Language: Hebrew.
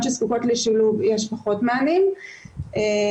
שזקוקות לשילוב יש פחות מענים זמינים.